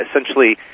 essentially